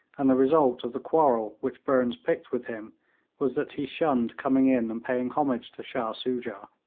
and the result of the quarrel which burnes picked with him was that he shunned coming in and paying homage to shah soojah,